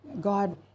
God